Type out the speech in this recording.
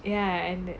ya and then